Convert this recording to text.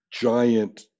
giant